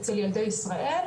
אצל ילדי ישראל.